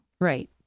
Right